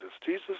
Jesus